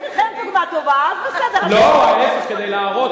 זאת דוגמה טובה, אז בסדר, לא, להיפך, כדי להראות.